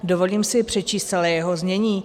Dovolím si přečíst celé jeho znění.